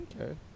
Okay